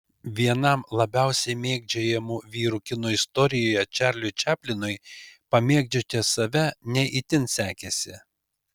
vienam labiausiai mėgdžiojamų vyrų kino istorijoje čarliui čaplinui pamėgdžioti save ne itin sekėsi